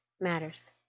matters